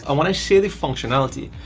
and when i say the functionality,